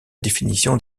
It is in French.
définition